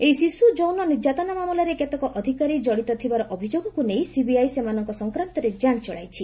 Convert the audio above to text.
ଏହି ଶିଶୁ ଯୌନ ନିର୍ଯ୍ୟାତନା ମାମଲାରେ କେତେକ ଅଧିକାରୀ କଡିତ ଥିବାର ଅଭିଯୋଗକୁ ନେଇ ସିବିଆଇ ସେମାନଙ୍କ ସଂକ୍ରାନ୍ତରେ ଯାଞ୍ଚ ଚଳାଇଛି